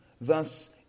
Thus